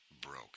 broke